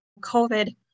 COVID